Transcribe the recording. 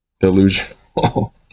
delusional